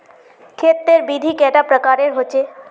खेत तेर विधि कैडा प्रकारेर होचे?